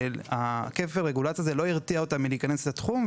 וכפל הרגולציה הזה לא הרתיע אותן מלהיכנס לתחום,